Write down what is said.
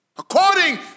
According